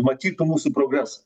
matytų mūsų progresą